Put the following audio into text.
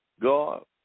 God